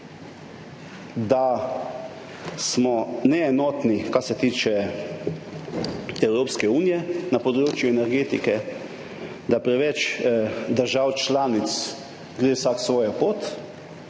da smo neenotni, kar se tiče Evropske unije na področju energetike, da gre preveč držav članic vsaka svojo pot,